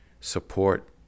support